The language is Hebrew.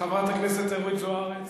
חברת הכנסת אורית זוארץ,